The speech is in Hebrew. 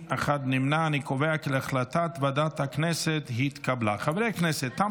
ועדת הכנסת להעביר את הצעת חוק המאבק בטרור (תיקון,